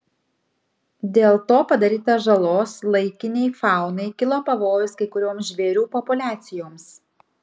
dėl to padaryta žalos laikinei faunai kilo pavojus kai kurioms žvėrių populiacijoms